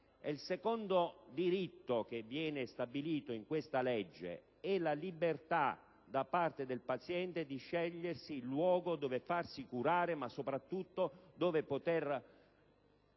Il secondo diritto che viene stabilito in questa legge è la libertà del paziente di scegliere il luogo dove farsi curare, ma soprattutto dove poter